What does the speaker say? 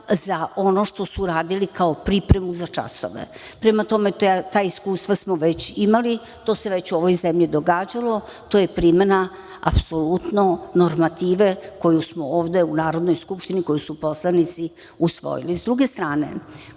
za ono što su radili kao pripremu za časove. Prema tome, ta iskustva već imali, to se već u ovoj zemlji događalo, to je primena apsolutno normative koju smo ovde u Narodnoj skupštini, koju su poslanici usvojili.S